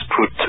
put